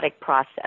process